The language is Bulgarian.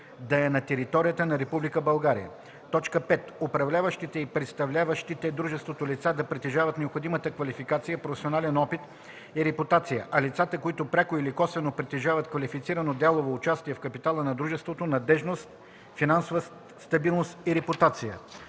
да е на територията на Република България; 5. управляващите и представляващите дружеството лица да притежават необходимата квалификация, професионален опит и репутация, а лицата, които пряко или косвено притежават квалифицирано дялово участие в капитала на дружеството - надеждност, финансова стабилност и репутация.”